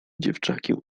dziewczakiem